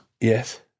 yes